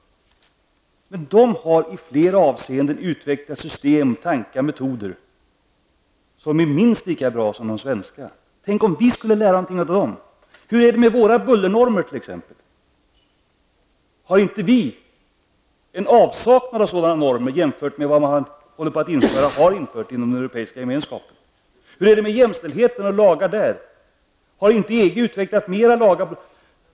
Men de har i flera avseenden utvecklat system, tankar och metoder som är minst lika bra som de svenska. Tänk om vi skulle lära någonting om dem! Hur är det t.ex. med våra bullernormer? Har inte vi avsaknad av sådana normer jämfört med vad man håller på att införa, och har infört, i den europeiska gemenskapen? Hur är det med jämställdheten och lagar i det avseendet? Har inte EG utvecklat mera lagar?